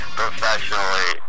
professionally